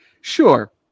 Sure